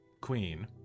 Queen